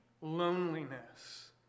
loneliness